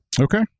okay